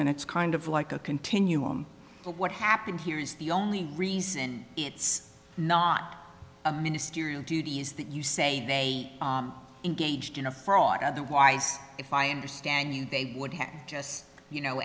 and it's kind of like a continuum but what happened here is the only reason it's not a ministerial duty is that you say they engaged in a fraud otherwise if i understand you they would have just you know